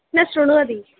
न शृणोति